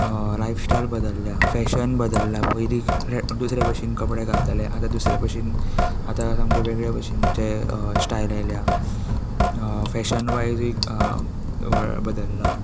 lifestyle बदलल्या fashion बदलल्या पयलीं दुसरे भशेन कपडे घालताले आतां दुसरे भशेन आतां सामके वेगळे भशेनचे स्टायल आयल्या फॅशन वायज लोक बदलला